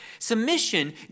Submission